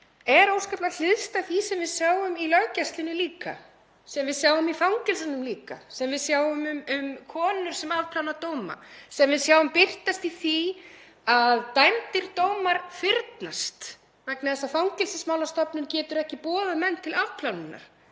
er óskaplega hliðstæð því sem við sjáum í löggæslunni líka, sem við sjáum í fangelsunum líka, sem við sjáum hjá konum sem afplána dóma, sem við sjáum birtast í því að dæmdir dómar fyrnast vegna þess að Fangelsismálastofnun getur ekki boðað menn til afplánunar.